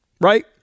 right